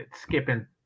skipping